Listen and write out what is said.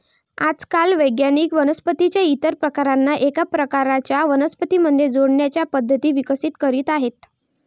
आजकाल वैज्ञानिक वनस्पतीं च्या इतर प्रकारांना एका प्रकारच्या वनस्पतीं मध्ये जोडण्याच्या पद्धती विकसित करीत आहेत